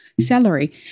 salary